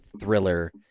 thriller